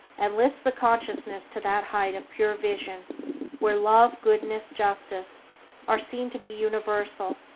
and lifts the consciousness to that height of pure vision where love, goodness, justice are seen to be universal,